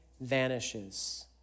vanishes